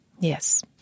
Yes